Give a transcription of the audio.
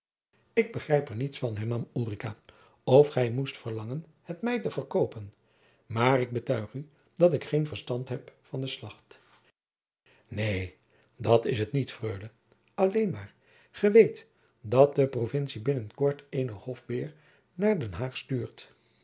ik begrijp er niets van hernam ulrica of gij moest verlangen het mij te verkoopen maar ik betuig u dat ik geen verstand heb van de slacht neen dat is het niet freule alleen maôr oe weet dat de provintie binnen kort eenen hofbeer naôr den haôg stuurt